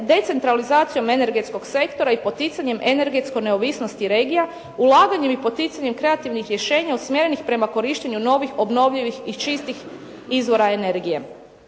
decentralizacijom energetskog sektora i poticanjem energetske neovisnosti regija, ulaganjem i poticanjem kreativnih rješenja usmjerenih prema korištenju novih obnovljivih i čistih izvora energije.